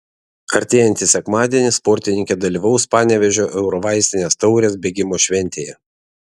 artėjantį sekmadienį sportininkė dalyvaus panevėžio eurovaistinės taurės bėgimo šventėje